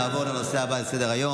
נעבור לנושא הבא על סדר-היום,